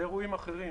זה אירועים אחרים.